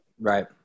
Right